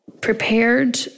prepared